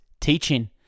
teaching